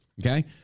Okay